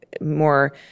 more